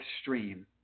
stream